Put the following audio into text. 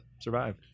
survive